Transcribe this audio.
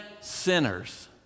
sinners